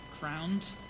crowned